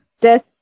Death